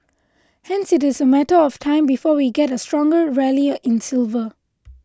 hence it is a matter of time before we get a stronger rally in silver